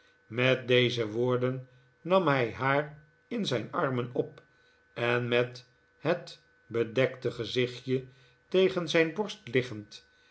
met deze woorden nam hij haar in zijn armen op en met het bedekte gezichtje tegen zijn borst liggend